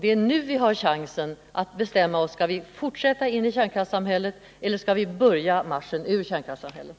Det är nu vi har chansen att bestämma oss för om vi skall fortsätta in i kärnkraftssamhället eller om vi skall börja marschen ur kärnkraftssamhället.